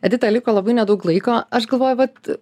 edita liko labai nedaug laiko aš galvoju vat